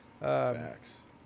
Facts